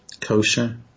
kosher